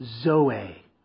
Zoe